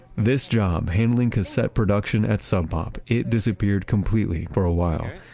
this job, handling cassette production at sub pop, it disappeared completely for a while.